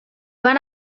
van